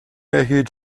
erhielt